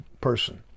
person